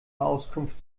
auskunft